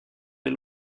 des